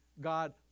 God